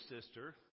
sister